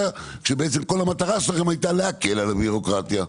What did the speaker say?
כשבעצם כל המטרה שלכם הייתה להקל על הבירוקרטיה.